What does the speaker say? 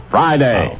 Friday